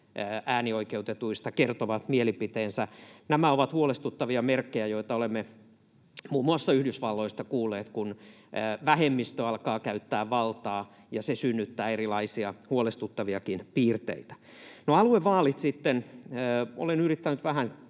äänioikeutetuista kertoo mielipiteensä. Nämä ovat huolestuttavia merkkejä, joita olemme muun muassa Yhdysvalloista kuulleet, että vähemmistö alkaa käyttää valtaa ja se synnyttää erilaisia huolestuttaviakin piirteitä. No, aluevaalit sitten: Olen yrittänyt vähän